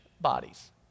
bodies